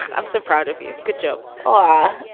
i'm so proud of you. good job ah,